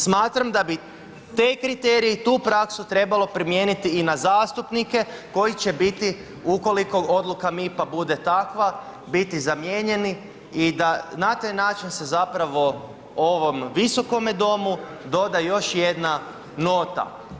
Smatram da bi te kriterije i tu praksu trebalo primijeniti i na zastupnike koji će biti ukoliko odluka MIP-a bude takva, biti zamijenjeni i da na taj način se zapravo ovom visokome domu doda još jedna nota.